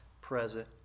present